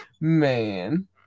man